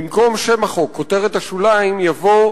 במקום שם החוק, כותרת השוליים, יבוא: